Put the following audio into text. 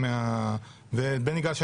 ובני גל,